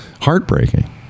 heartbreaking